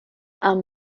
amb